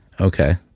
Okay